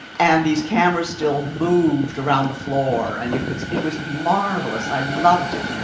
and these cameras still moved around the floor. and you could, it was marvelous. i loved it.